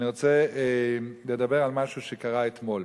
אני רוצה לדבר על משהו שקרה אתמול.